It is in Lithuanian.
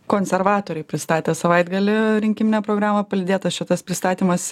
konservatoriai pristatė savaitgalį rinkiminę programą palydėtas šitas pristatymas